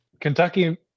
Kentucky